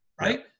Right